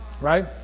Right